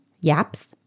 yaps